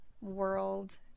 world